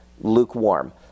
lukewarm